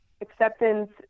acceptance